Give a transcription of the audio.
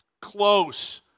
close